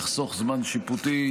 יחסוך זמן שיפוטי,